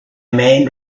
mind